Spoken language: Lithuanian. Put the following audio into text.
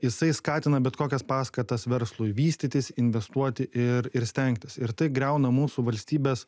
jisai skatina bet kokias paskatas verslui vystytis investuoti ir ir stengtis ir tai griauna mūsų valstybės